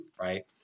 right